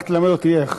רק תלמד אותי איך.